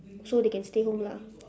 so they can stay home lah